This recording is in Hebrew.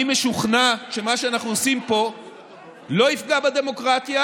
אני משוכנע שמה שאנחנו עושים פה לא יפגע בדמוקרטיה,